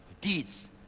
deeds